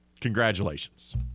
congratulations